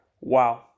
wow